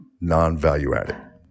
non-value-added